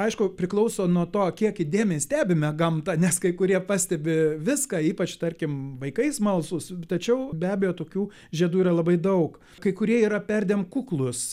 aišku priklauso nuo to kiek įdėmiai stebime gamtą nes kai kurie pastebi viską ypač tarkim vaikai smalsūs tačiau be abejo tokių žiedų yra labai daug kai kurie yra perdėm kuklūs